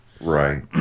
Right